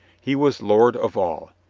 he was lord of all.